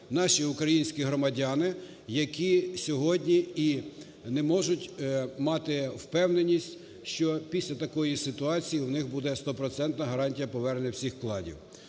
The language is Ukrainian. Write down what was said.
наші українські громадяни, які сьогодні не можуть мати впевненість, що після такої ситуації у них буде стопроцентна гарантія повернення всіх вкладів.